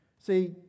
See